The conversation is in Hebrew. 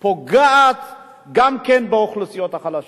גם פוגעת באוכלוסיות החלשות.